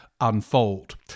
unfold